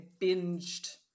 binged